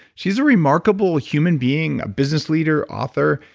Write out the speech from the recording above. she's a remarkable human being, a business leader author,